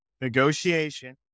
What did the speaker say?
negotiation